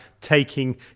taking